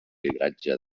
lideratge